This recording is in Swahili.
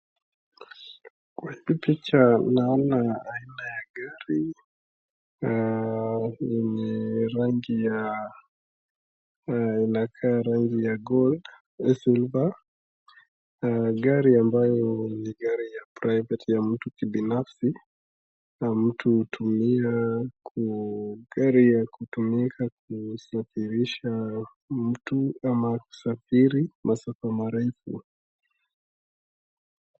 Kwa hii picha naona aina ya gari yenye rangi ya, inakaa rangi ya gold au silver , gari ambayo ni gari ya mtu binafsi na mtu hutumia, gari ya kutumika kusafiri ama masafa marefu.